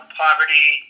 poverty